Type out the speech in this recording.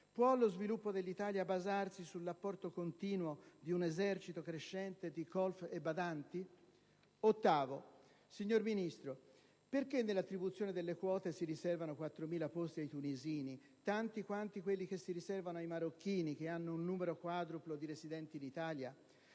Può lo sviluppo dell'Italia basarsi sull'apporto continuo di un esercito crescente di colf e badanti? Ottavo. Signor Ministro, perché nell'attribuzione delle quote, si riservano 4.000 posti ai tunisini, tanti quanti quelli che si riservano ai marocchini, che hanno un numero quadruplo di residenti in Italia?